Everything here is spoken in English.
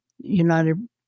United